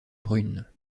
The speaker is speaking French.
brune